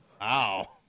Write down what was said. Wow